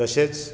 तशेंच